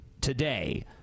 today